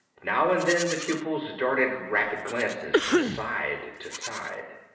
now and then the pupils darted rapid glances from side to side.